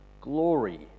glory